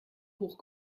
hoch